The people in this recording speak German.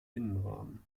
innenrahmen